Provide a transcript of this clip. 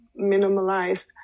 minimalized